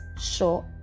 sure